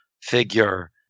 figure